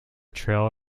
trail